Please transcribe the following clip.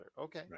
Okay